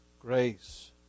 Grace